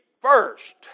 first